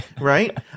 Right